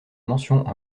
mention